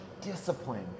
discipline